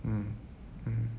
mm mm